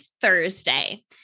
Thursday